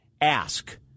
ask